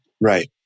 Right